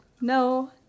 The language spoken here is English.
no